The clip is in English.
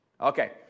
Okay